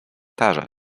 tarza